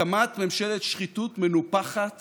הקמת ממשלת שחיתות מנופחת